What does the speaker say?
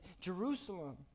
Jerusalem